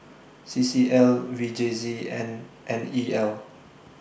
C C L V J C and N E L